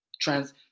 trans